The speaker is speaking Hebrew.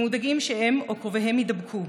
הם מודאגים שהם או קרוביהם יידבקו,